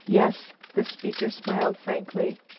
yes, the speaker smiled frankly,